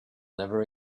never